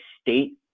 state